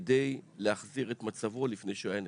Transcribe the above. כדי להחזיר את מצבו לפני שהוא היה נכה.